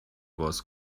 باز